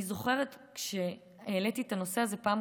אני זוכרת שכשהעליתי את הנושא הזה בפעם